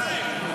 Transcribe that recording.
די.